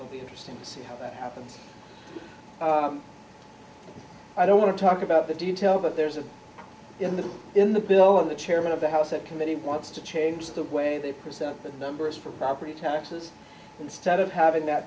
ill be interesting to see how that happens i don't want to talk about the details but there's a in the in the bill of the chairman of the house that committee wants to change the way they present the numbers for property taxes instead of having that